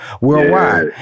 worldwide